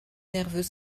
nerveux